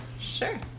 Sure